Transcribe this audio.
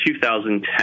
2010